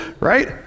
Right